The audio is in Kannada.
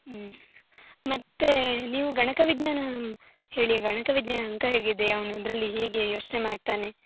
ಮತ್ತು ನೀವು ಗಣಕ ವಿಜ್ಞಾನ ಹೇಳಿ ಗಣಕ ವಿಜ್ಞಾನದ ಅಂಕ ಹೇಗಿದೆ ಅವನು ಅದರಲ್ಲಿ ಹೇಗೆ ಯೋಚನೆ ಮಾಡ್ತಾನೆ